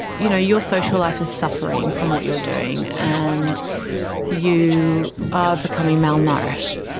you know your social life is suffering from what you're doing and you are becoming malnourished.